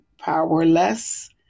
powerless